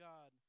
God